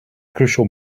crucial